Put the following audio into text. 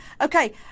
Okay